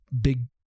big